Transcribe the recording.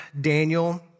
Daniel